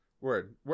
word